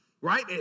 right